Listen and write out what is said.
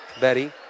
Betty